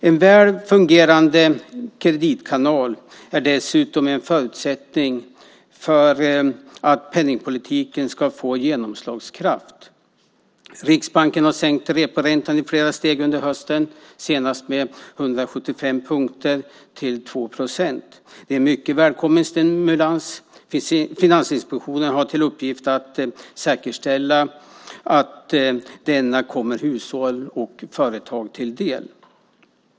En väl fungerande kreditkanal är dessutom en förutsättning för att penningpolitiken ska få genomslagskraft. Riksbanken har sänkt reporäntan i flera steg under hösten och senast med 175 punkter till 2 procent. Det är en mycket välkommen stimulans. Finansinspektionen har till uppgift att säkerställa att denna kommer hushåll och företag till del.